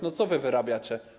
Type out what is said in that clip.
No co wy wyrabiacie?